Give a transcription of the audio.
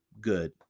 good